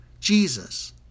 Jesus